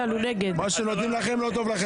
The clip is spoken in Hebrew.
מה שנותנים לכם לא טוב לכם.